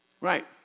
Right